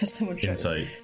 Insight